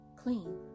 clean